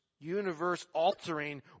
universe-altering